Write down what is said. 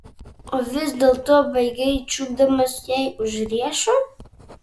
o vis dėlto baigei čiupdamas jai už riešų